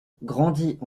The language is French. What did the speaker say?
grandit